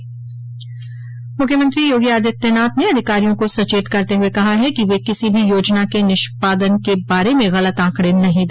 मुख्यमंत्री योगी आदित्यनाथ ने अधिकारियों को सचेत करते हुए कहा है कि वे किसी भी योजना के निष्पादन के बारे में गलत आंकड़े नहीं दे